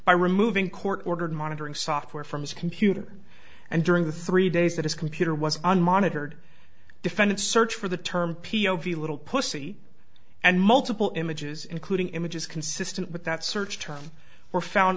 by removing court ordered monitoring software from his computer and during the three days that his computer was unmonitored defendant search for the term p o v little pussy and multiple images including images consistent with that search term were found